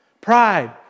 Pride